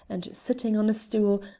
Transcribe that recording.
and sitting on a stool,